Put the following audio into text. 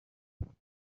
کشیدم